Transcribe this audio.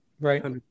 Right